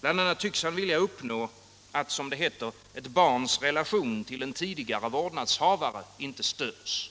Bl. a. tycks han vilja uppnå att, som det heter, ett barns relation till en tidigare vårdnadshavare inte störs.